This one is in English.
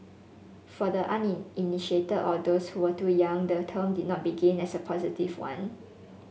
for the uninitiated or those who were too young the term did not begin as a positive one